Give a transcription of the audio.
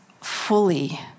fully